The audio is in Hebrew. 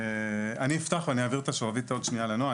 אני אפתח ואני אעביר את השרביט עוד שנייה לנועה.